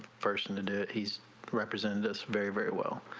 person and he's represent us very very well